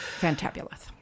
Fantabulous